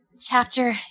chapter